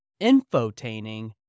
infotaining